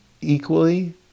equally